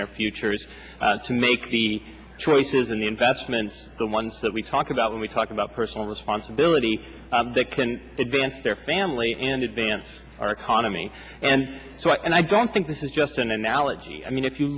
their futures to make the choices and the investments the ones that we talk about when we talk about personal responsibility that can advance their family and advance our economy and so i don't think this is just an analogy i mean if you